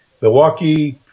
Milwaukee